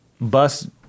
Bus